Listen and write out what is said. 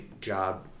job